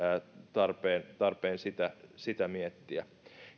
tarpeen tarpeen sitä sitä miettiä